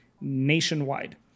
nationwide